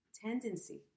tendency